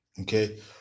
okay